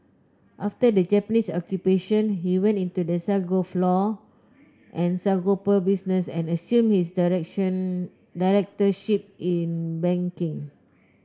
after the Japanese Occupation he went into the sago flour and sago pearl business and assumed his directorship in banking